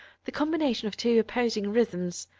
the combination of two opposing rhythms,